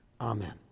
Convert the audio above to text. Amen